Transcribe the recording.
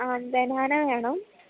ആ ബനാന വേണം